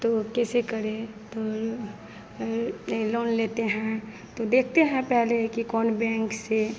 तो कैसे करें तो और ये लोन लेते हैं तो देखते हैं पहले कि कौन बेंक से